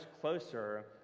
closer